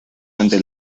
ante